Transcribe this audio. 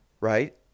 Right